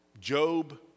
Job